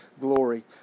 glory